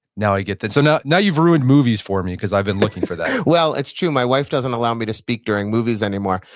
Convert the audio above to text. now i get this. so now now you've ruined movies for me because i've been looking for that well, it's true. my wife doesn't allow me to speak during movies anymore.